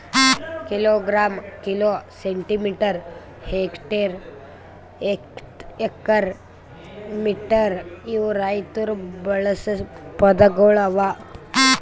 kilogram, kilo, centimetre, hectare, acre, metre ಇವು ರೈತುರ್ ಬಳಸ ಪದಗೊಳ್ ಅವಾ